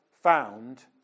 found